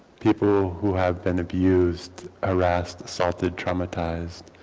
people who have been abused harassed assaulted traumatized,